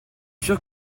sûr